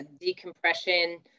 decompression